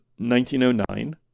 1909